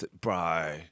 bro